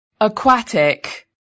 aquatic